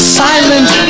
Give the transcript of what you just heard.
silent